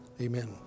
amen